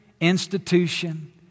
institution